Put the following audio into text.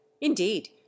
Indeed